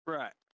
right